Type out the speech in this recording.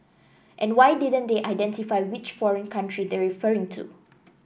and why didn't they identify which foreign country they're referring to